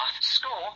Score